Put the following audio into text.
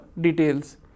details